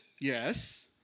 Yes